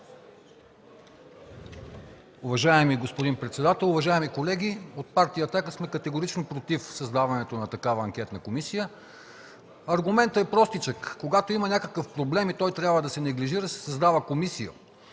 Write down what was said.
Уважаеми господин председател, уважаеми колеги! От партия „Атака” сме категорично против създаването на такава анкетна комисия. Аргументът е простичък. Когато има някакъв проблем и той трябва да се неглижира, се създава комисия.